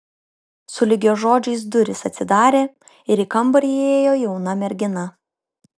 sulig jo žodžiais durys atsidarė ir į kambarį įėjo jauna mergina